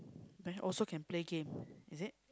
then also can play game is it